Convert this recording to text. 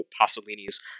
Pasolini's